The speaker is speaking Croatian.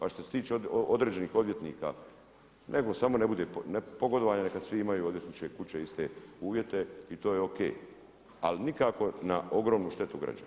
A što se toče određenih odvjetnika neka samo ne bude pogodavanja, neka svi imaju odvjetničke kuće iste uvjete i to je o.k. ali nikako na ogromnu štetu građana.